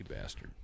bastard